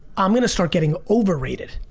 i'm gonna start getting overrated.